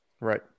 Right